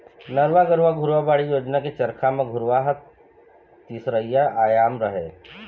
नरूवा, गरूवा, घुरूवा, बाड़ी योजना के चरचा म घुरूवा ह तीसरइया आयाम हरय